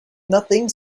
nothing